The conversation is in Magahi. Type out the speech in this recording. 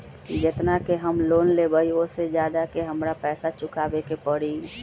जेतना के हम लोन लेबई ओ से ज्यादा के हमरा पैसा चुकाबे के परी?